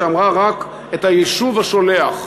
שאמרה רק את היישוב השולח: